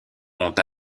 ont